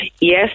yes